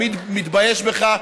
אני מתבייש בך,